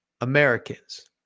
Americans